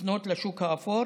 לפנות לשוק האפור